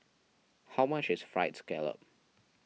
how much is Fried Scallop